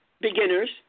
beginners